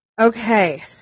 Okay